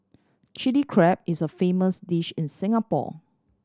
Chilli Crab is a famous dish in Singapore